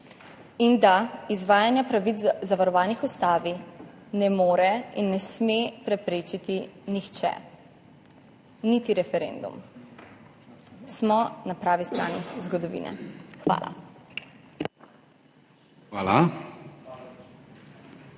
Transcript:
in da izvajanja pravic zavarovanih v Ustavi ne more in ne sme preprečiti nihče, niti referendum. Smo na pravi strani zgodovine. 33. TRAK: